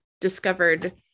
discovered